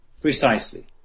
Precisely